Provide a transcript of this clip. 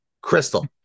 Crystal